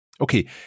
Okay